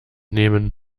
nehmen